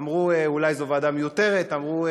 אמרו: אולי זו ועדה מיותרת, אמרו: